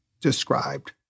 described